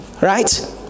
right